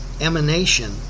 emanation